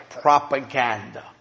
propaganda